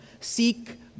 Seek